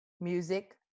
music